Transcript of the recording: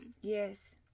Yes